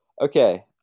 Okay